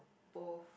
both